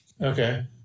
Okay